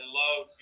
love